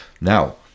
Now